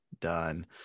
done